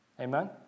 Amen